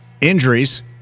Injuries